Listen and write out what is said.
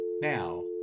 Now